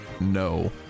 no